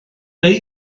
wnei